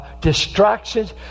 distractions